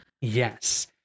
Yes